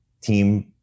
team